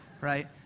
right